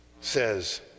says